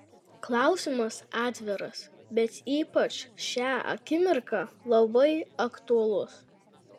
klausimas atviras bet ypač šią akimirką labai aktualus